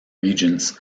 regents